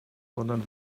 sondern